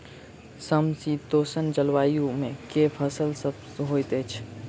समशीतोष्ण जलवायु मे केँ फसल सब होइत अछि?